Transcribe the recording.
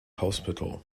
hospital